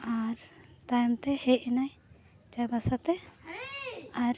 ᱟᱨ ᱛᱟᱭᱚᱢᱛᱮ ᱦᱮᱡ ᱮᱱᱟᱭ ᱪᱟᱭᱵᱟᱥᱟᱛᱮ ᱟᱨ